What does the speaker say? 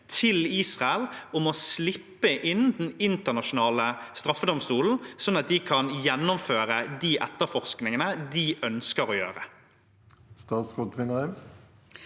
til Israel om å slippe inn Den internasjonale straffedomstolen, slik at de kan gjennomføre de etterforskningene de ønsker å gjøre? Statsråd Anne